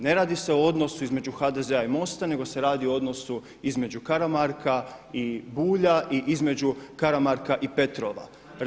Ne radi se o donosu između HDZ-a i MOST-a nego se radi o odnosu između Karamarka i Bulja i između Karamarka i Petrova.